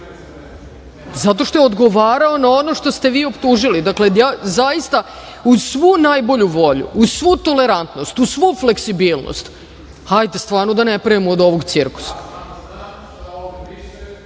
što je odgovarao na ono što ste vi optužili, dakle, zaista uz svu najbolju volju, iz svu tolerantnost, uz svu fleksibilnost, hajde stvarno da ne pravimo od ovoga